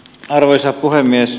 arvoisa puhemies